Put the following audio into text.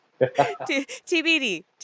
tbd